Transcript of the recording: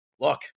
look